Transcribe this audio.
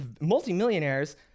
multimillionaires